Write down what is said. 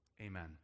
Amen